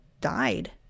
died